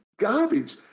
Garbage